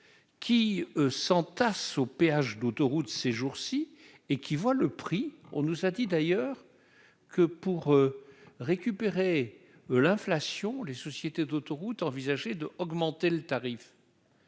eux s'entassent aux péages d'autoroute, ces jours-ci et qui voient le prix, on nous a dit d'ailleurs que pour récupérer l'inflation, les sociétés d'autoroutes envisager de augmenter le tarif